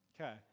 Okay